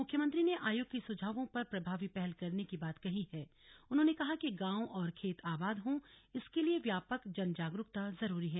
मुख्यमंत्री ने आयोग के सुझावों पर प्रभावी पहल करने की बात कही है उन्होंने कहा कि गांव और खेत आबाद हो इसके लिये व्यापक जन जागरूकता जरूरी है